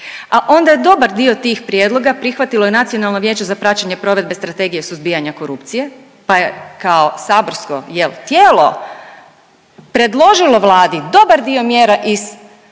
A onda je dobar dio tih prijedloga prihvatilo Nacionalno vijeće za praćenje provedbe Strategije suzbijanja korupcije pa je saborsko jel tijelo predložilo Vladi dobar dio mjera iz te